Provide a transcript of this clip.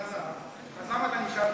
אז למה אתה נשאר?